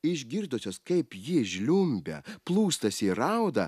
išgirdusios kaip ji žliumbia plūstasi ir rauda